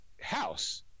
house